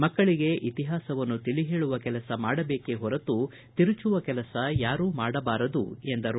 ಮಕ್ಕಳಿಗೆ ಇತಿಪಾಸವನ್ನು ತಿಳಿ ಹೇಳುವ ಕೆಲಸ ಮಾಡಬೇಕೆ ಹೊರತು ತಿರುಚುವ ಕೆಲಸ ಯಾರೂ ಮಾಡಬಾರದು ಎಂದರು